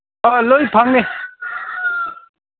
ꯑꯥ ꯂꯣꯏ ꯐꯪꯅꯤ